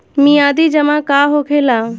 मियादी जमा का होखेला?